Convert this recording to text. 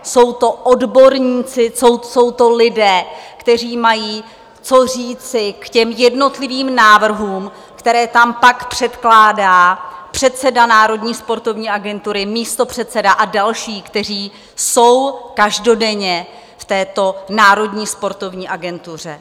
Jsou to odborníci, jsou to lidé, kteří mají co říci k jednotlivým návrhům, které tam pak předkládá předseda Národní sportovní agentury, místopředseda a další, kteří jsou každodenně v této Národní sportovní agentuře.